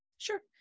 Sure